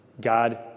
God